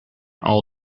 all